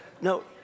No